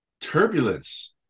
turbulence